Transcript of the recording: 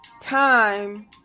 time